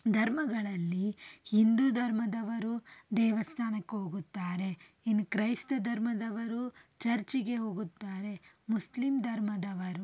ಧರ್ಮಗಳಲ್ಲಿ ಹಿಂದು ಧರ್ಮದವರು ದೇವಸ್ಥಾನಕ್ಕೆ ಹೋಗುತ್ತಾರೆ ಇನ್ನು ಕ್ರೈಸ್ತ ಧರ್ಮದವರು ಚರ್ಚಿಗೆ ಹೋಗುತ್ತಾರೆ ಮುಸ್ಲಿಂ ಧರ್ಮದವರು